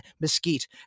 Mesquite